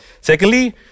Secondly